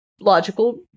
logical